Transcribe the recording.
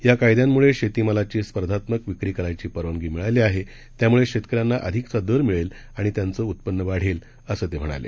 या कायद्यांमळे शेतीमालाची स्पर्धात्मक विक्री करायची परवानगी मिळाली आहे त्यामुळे शेतकऱ्यांना अधिकचा दर मिळेल आणि त्यांचं उत्पन्न वाढेल असं ते म्हणाले